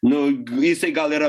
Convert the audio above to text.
nu jisai gal yra